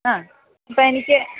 ആ ഇപ്പം എനിക്ക്